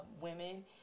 women